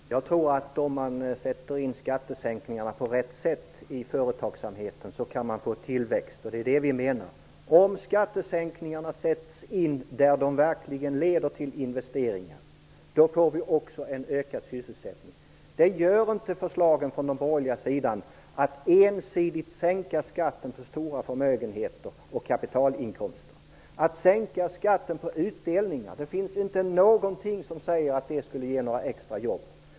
Herr talman! Jag tror att man kan få tillväxt om man sätter in skattesänkningarna på rätt sätt i företagsamheten. Det är det vi menar. Om skattesänkningarna sätts in där de verkligen leder till investeringar får vi också en ökad sysselsättning. Men det ger inte förslagen från den borgerliga sidan. Det finns inte någonting som säger att det skulle ge några extra jobb att ensidigt sänka skatten på stora förmögenheter och kapitalinkomster och att sänka skatten på utdelningar.